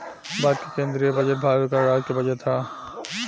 भारत के केंदीय बजट भारत गणराज्य के बजट ह